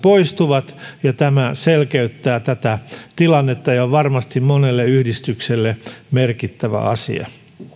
poistuvat mikä selkeyttää tätä tilannetta ja on varmasti monelle yhdistykselle merkittävä asia